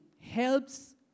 helps